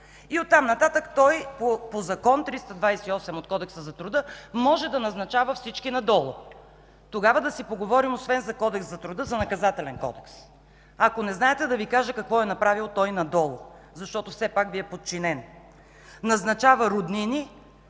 Оттам нататък той по закон – чл. 328 от Кодекса на труда, може да назначава всички надолу. Тогава да си поговорим освен за Кодекс на труда, за Наказателен кодекс. Ако не знаете, да Ви кажа какво е направил той надолу, защото все пак Ви е подчинен. Назначава роднини,